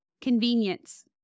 Convenience